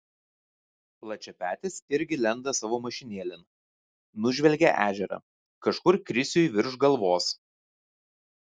plačiapetis irgi lenda savo mašinėlėn nužvelgia ežerą kažkur krisiui virš galvos